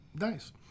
Nice